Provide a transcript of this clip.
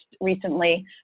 recently